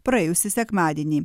praėjusį sekmadienį